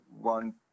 one